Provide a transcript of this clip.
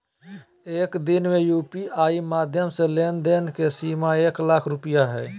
एक दिन में यू.पी.आई माध्यम से लेन देन के सीमा एक लाख रुपया हय